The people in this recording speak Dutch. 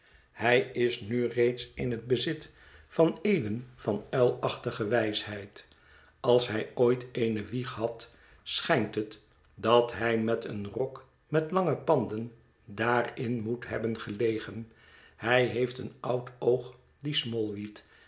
hij is nu reeds in het bezit van eeuwen van uilachtige wijsheid als hij ooit eene wieg had schijnt het dat hij met een rok met lange panden daarin moet hebben gelegen hij heeft een oud oog die smallweed en